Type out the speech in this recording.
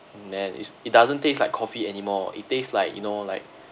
man it's it doesn't taste like coffee anymore it taste like you know like